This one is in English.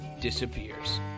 disappears